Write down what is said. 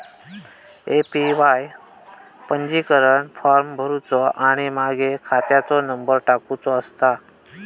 APY पंजीकरण form भरुचो आणि मगे खात्याचो नंबर टाकुचो असता